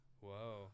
Whoa